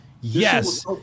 yes